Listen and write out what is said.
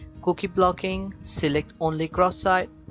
cookie blocking select only cross site,